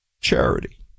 charity